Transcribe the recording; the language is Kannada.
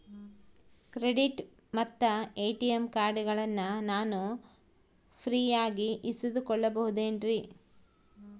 ಕ್ರೆಡಿಟ್ ಮತ್ತ ಎ.ಟಿ.ಎಂ ಕಾರ್ಡಗಳನ್ನ ನಾನು ಫ್ರೇಯಾಗಿ ಇಸಿದುಕೊಳ್ಳಬಹುದೇನ್ರಿ?